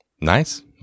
nice